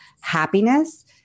happiness